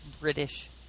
british